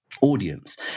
audience